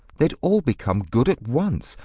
they'd all become good at once.